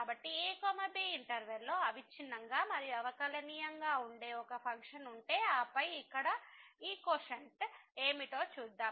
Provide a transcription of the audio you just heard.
కాబట్టి a b interval లో అవిచ్ఛిన్నంగా మరియు అవకలనియమం గా ఉండే ఒక ఫంక్షన్ ఉంటే ఆపై ఇక్కడ ఈ కోషంట్ ఏమిటో చూద్దాం